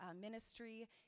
ministry